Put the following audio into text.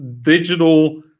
digital